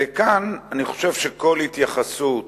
וכאן, אני חושב שכל התייחסות